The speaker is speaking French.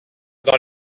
dans